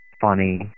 funny